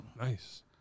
Nice